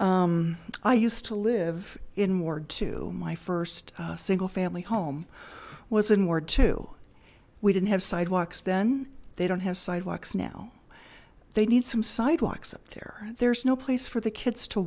dollars i used to live in ward two my first single family home was in ward two we didn't have sidewalks then they don't have sidewalks now they need some sidewalks up there there's no place for the kids to